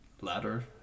ladder